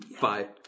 Bye